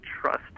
trust